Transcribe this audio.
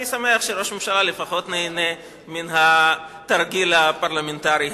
אני שמח שראש הממשלה לפחות נהנה מהתרגיל הפרלמנטרי הזה.